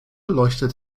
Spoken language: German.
leuchtet